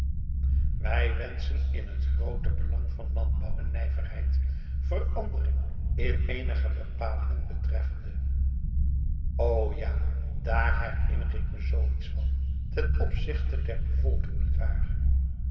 wij wenschten in het groote belang van landbouw en nijverheid verandering in eenige bepalingen betreffende o ja daar herinner ik me zooiets van ten opzichte der bevolking niet waar